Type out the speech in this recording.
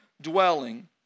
dwelling